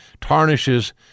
tarnishes